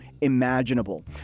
imaginable